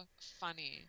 funny